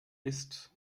ist